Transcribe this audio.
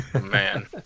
man